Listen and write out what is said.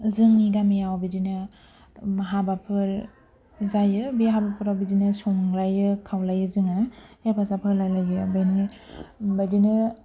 जोंनि गामिआव बिदिनो हाबाफोर जायो बे हाबाफोराव बिदिनो संलायो खावलायो जोङो हेफाजाब होलायलायो बेनि बेबायदिनो